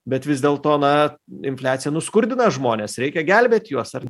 bet vis dėlto na infliacija nuskurdina žmones reikia gelbėti juos ar